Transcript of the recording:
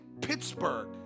pittsburgh